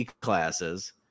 classes